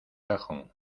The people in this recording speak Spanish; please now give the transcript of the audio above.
cajón